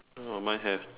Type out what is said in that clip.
oh mine have